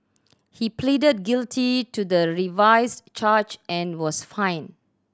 he pleaded guilty to the revised charge and was fined